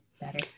better